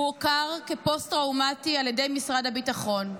הוא הוכר כפוסט-טראומטי על ידי משרד הביטחון.